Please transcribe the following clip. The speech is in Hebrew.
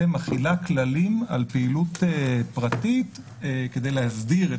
מפעילה כללים על פעילות פרטית כדי להסדיר את